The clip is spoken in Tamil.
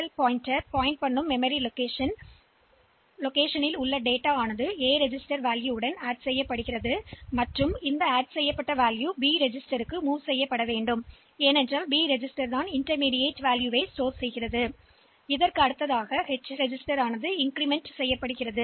எல் ஜோடி சுட்டிக்காட்டிய நினைவக இருப்பிடத்தின் உள்ளடக்கங்களை எம் ல் கூட்டவும் மற்றும் மதிப்பு ஒரு பதிவேட்டில் உள்ளது பின்னர் மதிப்பு மீண்டும் B பதிவுக்கு நகர்த்தப்படுகிறது இன்டர்மீடியட் முடிவு B பதிவேட்டில் மீண்டும் சேமிக்கப்படுகிறது